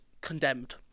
condemned